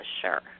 sure